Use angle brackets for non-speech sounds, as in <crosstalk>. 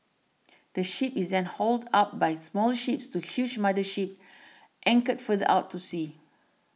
the <unintelligible> is then hauled up by smaller ships to huge mother ships anchored further out to sea